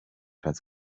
muri